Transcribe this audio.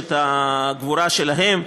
מורשת הגבורה שלהם.